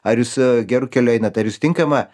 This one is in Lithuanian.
ar jūs geru keliu einat ar jūs tinkamą